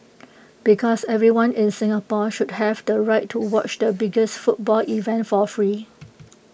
because everyone in Singapore should have the right to watch the biggest football event for free